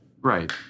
Right